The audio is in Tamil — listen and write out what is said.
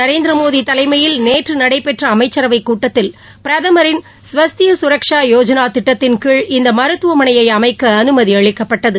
நரேந்திர மோடி தலைமையில் நேற்று நடைபெற்ற அமைச்சரவைக் கூட்டத்தில் பிரதமரின் ஸ்வஸ்திய சுரக்ஷா போஜனா திட்டத்தின் கீழ் இந்த மருத்துவமனையை அமைக்க அனுமதி அளிக்கப்பட்டது